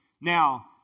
Now